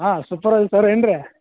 ಹಾಂ supervise sir ಏನು ರೀ